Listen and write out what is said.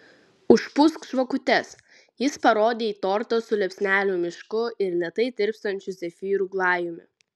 užpūsk žvakutes jis parodė į tortą su liepsnelių mišku ir lėtai tirpstančiu zefyrų glajumi